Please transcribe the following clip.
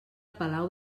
palau